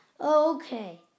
Okay